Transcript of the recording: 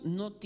no